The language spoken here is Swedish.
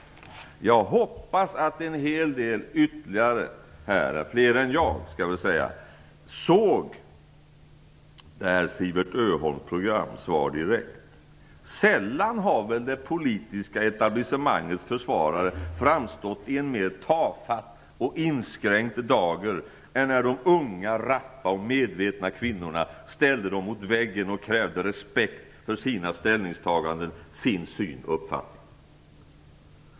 Jag hoppas att en hel del ytterligare - fler än jag - såg Siewert Öholms program "Svar direkt" om detta. Sällan har väl det politiska etablissemangets försvarare framstått i en mer tafatt och inskränkt dager än när de unga, rappa och medvetna kvinnorna ställde dem mot väggen och krävde respekt för sina ställningstaganden, sin syn och uppfattning.